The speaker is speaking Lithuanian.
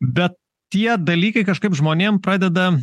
bet tie dalykai kažkaip žmonėm pradeda